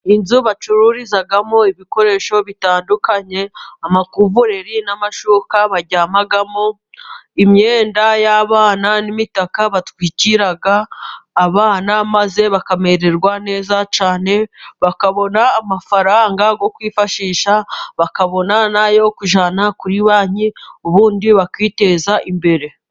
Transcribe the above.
Inzu bacururizamo ibikoresho bitandukanye; amakuvureri n'amashuka baryamamo, imyenda y'abana n'imitaka batwikira abana maze bakamererwa neza cyane, bakabona amafaranga yo kwifashisha, bakabona n'ayo kujyana kuri banki ubundi bakiteza imbere.